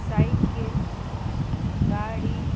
cycle गाड़ी